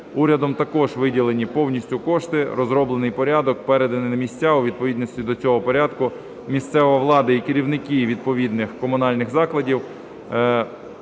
урядом також виділені повністю кошти, розроблений порядок, переданий на місця, у відповідності до цього порядку місцева влада і керівники відповідних комунальних закладів